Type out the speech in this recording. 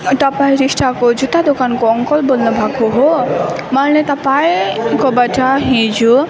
तपाईँ टिस्टाको जुत्ता दोकानको अङ्कल बोल्नु भएको हो मैले तपाईँकोबाट हिजो